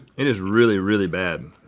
it is really, really bad.